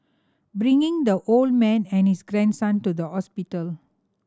bringing the old man and his grandson to the hospital